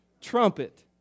trumpet